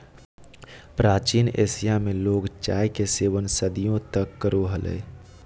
प्राचीन एशिया में लोग चाय के सेवन सदियों तक करो हलय